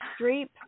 Streep